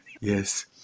yes